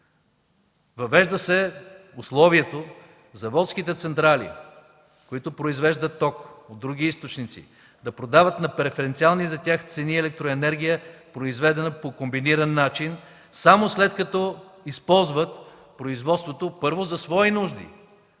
Въвежда се условието заводските централи, произвеждащи ток от други източници, да продават на преференциални за тях цени електроенергия, произведена по комбиниран начин, само след като използват производството първо за свои нужди,